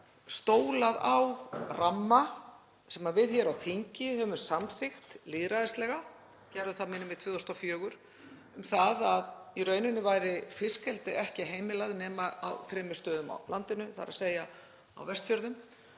stólað á ramma sem við hér á þingi höfum samþykkt lýðræðislega, gerðum það, minnir mig 2004, um að í rauninni væri fiskeldi ekki heimilað nema á þremur stöðum á landinu, þ.e. á Vestfjörðum,